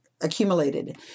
accumulated